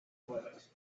foot